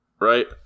right